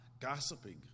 gossiping